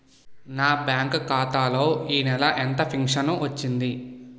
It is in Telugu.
నా బ్యాంక్ ఖాతా లో ఈ నెల ఎంత ఫించను వచ్చింది?